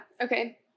Okay